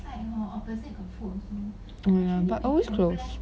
oh ya but always close